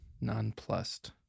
Nonplussed